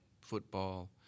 football